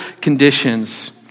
conditions